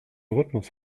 rhythmus